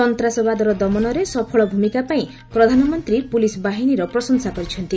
ସନ୍ତାସବାଦର ଦମନରେ ସଫଳ ଭୂମିକା ପାଇଁ ପ୍ରଧାନମନ୍ତ୍ରୀ ପୁଲିସ୍ ବାହିନୀର ପ୍ରଶଂସା କରିଛନ୍ତି